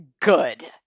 good